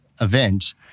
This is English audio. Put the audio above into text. event